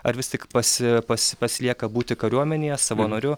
ar vis tik pasi pas pasilieka būti kariuomenėje savanoriu